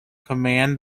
command